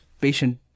patient